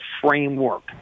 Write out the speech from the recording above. framework